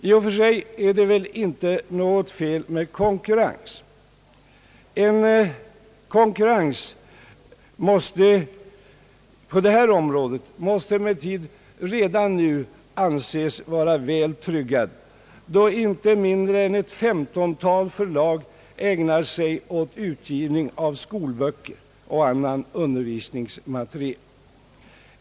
I och för sig är det inget fel med konkurrens, men den måste på detta område redan nu anses vara väl tryggad, då inte mindre än ett femtontal förlag ägnar sig åt utgivning av skolböcker och framställning av annan undervisningsmateriel.